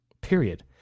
Period